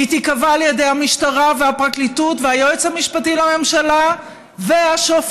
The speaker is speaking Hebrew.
היא תיקבע על ידי המשטרה והפרקליטות והיועץ המשפטי לממשלה והשופטים.